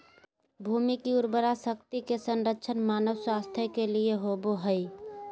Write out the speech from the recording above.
भूमि की उर्वरा शक्ति के संरक्षण मानव स्वास्थ्य के लिए होबो हइ